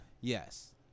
Yes